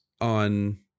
on